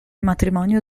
matrimonio